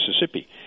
Mississippi